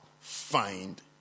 find